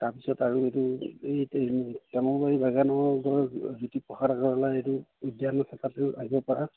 তাৰপিছত আৰু এইটো এই বাগানৰ জ্যোতি প্ৰসাদ আগৰৱালা এইটো উদ্যান আছে তাতো আহিব পাৰা